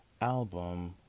album